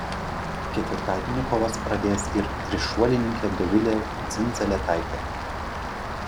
ketvirtadienį kovas pradės ir trišuolininkė dovilė dzindzaletaitė